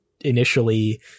initially